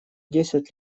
десять